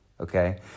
okay